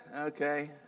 okay